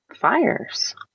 Fires